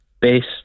based